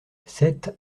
sept